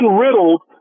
riddled